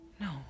No